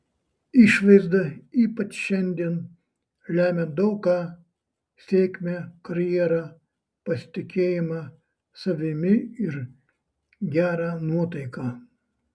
išvaizda ypač šiandien lemia daug ką sėkmę karjerą pasitikėjimą savimi ir gerą nuotaiką